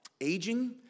aging